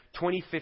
2015